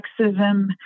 sexism